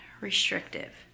restrictive